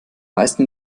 meisten